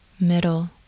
middle